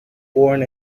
born